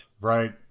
Right